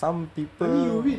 some people